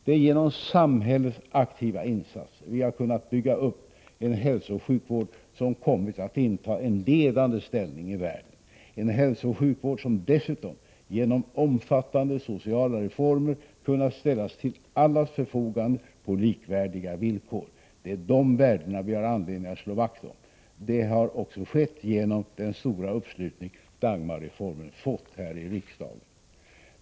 Det är genom samhällets aktiva insatser vi har kunnat bygga upp en hälsooch sjukvård som kommit att inta en ledande ställning i världen — en hälsooch sjukvård som dessutom genom omfattande sociala reformer kunnat ställas till allas förfogande på likvärdiga villkor. Det är dessa värden vi har anledning att slå vakt om! Detta har också skett genom den stora uppslutning Dagmarreformen fått här i riksdagen.